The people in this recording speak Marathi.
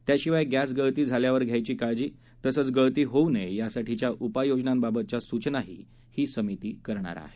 त्याशिवाय गघ्तगळती झाल्यावर घ्यायची काळजी तसंच गळती होऊ नये यासाठीच्या उपाययोजनांबातच्या सूचनाही ही समिती करणार आहे